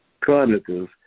Chronicles